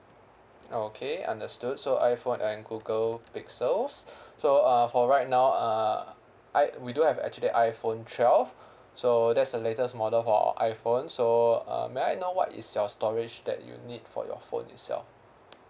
okay understood so iphone and google pixels so uh for right now uh I we do have actually iphone twelve so that's the latest model for iphone so uh may I know what is your storage that you need for your phone itself